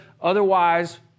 Otherwise